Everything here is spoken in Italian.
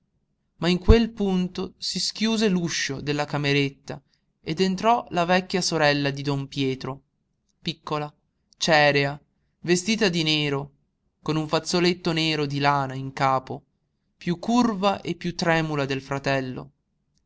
ma in quel punto si schiuse l'uscio della cameretta ed entrò la vecchia sorella di don pietro piccola cerea vestita di nero con un fazzoletto nero di lana in capo piú curva e piú tremula del fratello